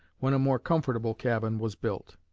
when a more comfortable cabin was built.